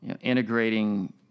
integrating